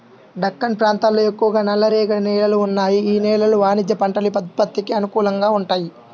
దక్కన్ ప్రాంతంలో ఎక్కువగా నల్లరేగడి నేలలు ఉన్నాయి, యీ నేలలు వాణిజ్య పంటల ఉత్పత్తికి అనుకూలంగా వుంటయ్యి